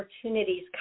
opportunities